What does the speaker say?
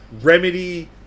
Remedy